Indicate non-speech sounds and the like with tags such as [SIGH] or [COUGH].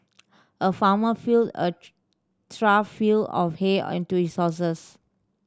a farmer filled a [UNINTELLIGIBLE] trough feel of hay [UNINTELLIGIBLE] his horses